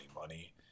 money